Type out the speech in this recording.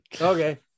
okay